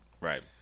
Right